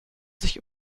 sich